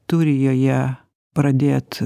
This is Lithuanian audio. turi joje pradėt